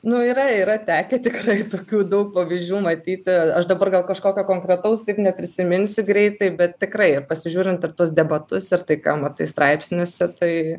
nu yra yra tekę tikrai tokių daug pavyzdžių matyti aš dabar gal kažkokio konkretaus taip neprisiminsiu greitai bet tikrai ir pasižiūrint ir tuos debatus ir tai ką matai straipsniuose tai